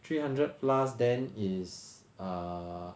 three hundred plus then is err